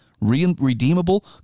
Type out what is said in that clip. redeemable